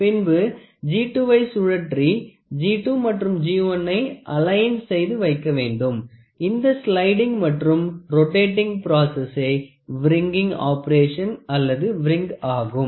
பின்பு G2 வை சுழற்றி G2 மற்றும் G1 னை அலைன் செய்து வைக்க வேண்டும் இந்த ஸ்லய்டிங் மற்றும் ரொடேட்டிங் ப்ராசசே விரிங்கிங் ஆப்பரேஷன் அல்லது விரங் ஆகும்